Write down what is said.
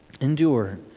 Endure